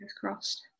crossed